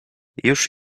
już